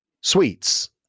sweets